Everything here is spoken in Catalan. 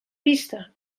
pista